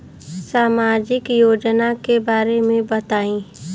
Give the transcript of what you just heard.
सामाजिक योजना के बारे में बताईं?